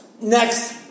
Next